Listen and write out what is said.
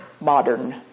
modern